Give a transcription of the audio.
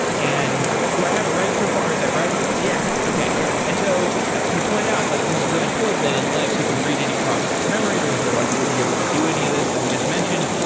and do i have it right so far? is that right? yeah. okay. yeah and so you pointed out, like this is really important that in linux you can read any processes memory, because otherwise you wouldn't be able to do any of these that we just mentioned.